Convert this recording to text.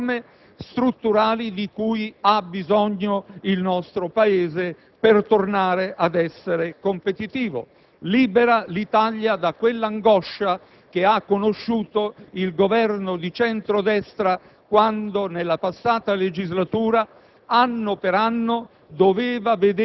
la stagione delle riforme strutturali di cui ha bisogno il nostro Paese per tornare ad essere competitivo; libererà l'Italia dall'angoscia che ha conosciuto il Governo di centro‑destra quando, nella passata legislatura,